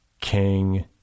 king